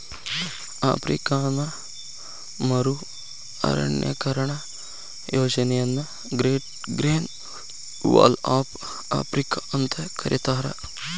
African ಮರು ಅರಣ್ಯೇಕರಣ ಯೋಜನೆಯನ್ನ great green wall of Africa ಅಂತ ಕರೇತಾರ